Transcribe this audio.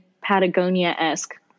patagonia-esque